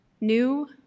new